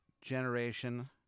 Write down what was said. generation